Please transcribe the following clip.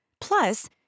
Plus